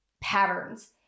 patterns